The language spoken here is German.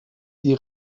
die